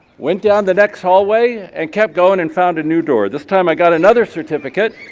went down the next hallway and kept going and found a new door. this time i got another certificate.